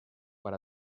para